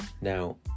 Now